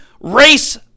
race